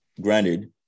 granted